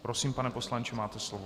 Prosím, pane poslanče, máte slovo.